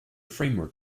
framework